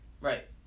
Right